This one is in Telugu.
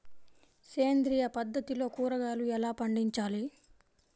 సేంద్రియ పద్ధతిలో కూరగాయలు ఎలా పండించాలి?